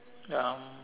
um